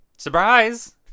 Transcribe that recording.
Surprise